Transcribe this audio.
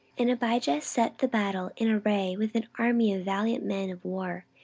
and abijah set the battle in array with an army of valiant men of war,